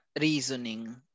reasoning